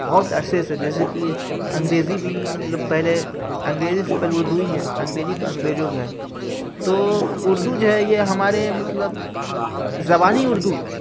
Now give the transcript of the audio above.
بہت عرصے سے جیسے کہ انگریزی بھی مطلب پہلے انگریزی سے پہلے اردو ہی ہے انگریزی تو انگریزوں کا ہے تو اردو جو ہے یہ ہمارے مطلب زبانی اردو